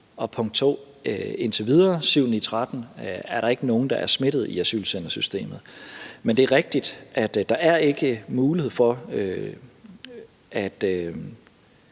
punkt 2: Indtil videre – syv-ni-tretten! – er der ikke nogen, der er smittet i asylcentersystemet. Men det er rigtigt, at der ikke er mulighed for at